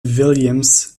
williams